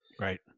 Right